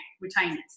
retainers